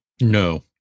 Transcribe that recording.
No